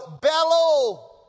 bellow